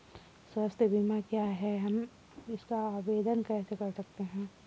स्वास्थ्य बीमा क्या है हम इसका आवेदन कैसे कर सकते हैं?